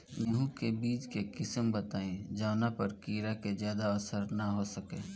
गेहूं के बीज के किस्म बताई जवना पर कीड़ा के ज्यादा असर न हो सके?